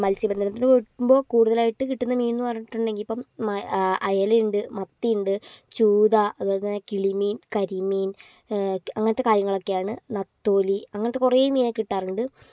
മത്സ്യബന്ധനത്തിന് പോകുമ്പോൾ കൂടുതലായിട്ട് കിട്ടുന്ന മീൻ എന്ന് പറഞ്ഞിട്ടുണ്ടെങ്കിൽ ഇപ്പം അയലയുണ്ട് മത്തിയുണ്ട് ചൂത അതുപോലെത്തന്നെ കിളിമീൻ കരിമീൻ അങ്ങനത്തെ കാര്യങ്ങളൊക്കെയാണ് നത്തോലി അങ്ങനത്തെ കുറേ മീൻ കിട്ടാറുണ്ട്